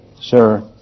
Sir